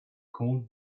cold